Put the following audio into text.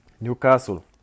Newcastle